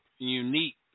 unique